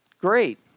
great